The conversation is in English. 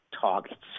targets